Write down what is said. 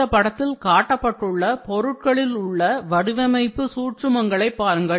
இந்த படத்தில் காட்டப்பட்டுள்ள பொருட்களில் உள்ள வடிவமைப்பு சூட்சுமங்களை பாருங்கள்